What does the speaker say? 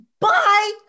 bye